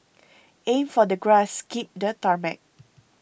aim for the grass skip the tarmac